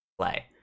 play